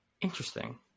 interesting